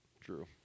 True